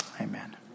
Amen